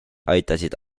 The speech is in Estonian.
aitasid